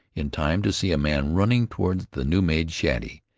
in time to see a man running toward the new-made shanty.